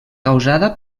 causada